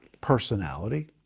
personality